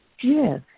Yes